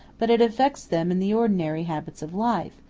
but it affects them in the ordinary habits of life,